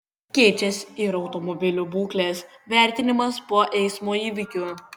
keičiasi ir automobilių būklės vertinimas po eismų įvykių